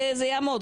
זה יעמוד,